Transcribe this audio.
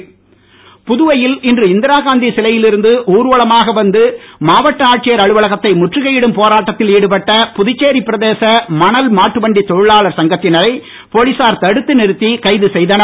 மணல் புதுவையில் இன்று இந்திரா காந்தி சிலையில் இருந்து ஊர்வலமாக வந்து மாவட்ட ஆட்சியர் அலுவலகத்தை முற்றுகையிடும் போராட்டத்தில் ஈடுபட்ட புதுச்சேரி பிரதேச மணல் மாட்டு வண்டி தொழிலாளர் சங்கத்தினரை போலீசார் தடுத்து நிறுத்தி கைது செய்தனர்